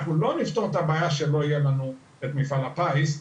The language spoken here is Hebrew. אנחנו לא נפתור את הבעיה אם לא יהיה לנו את מפעל הפיס.